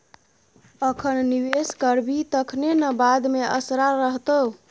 अखन निवेश करभी तखने न बाद मे असरा रहतौ